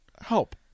Help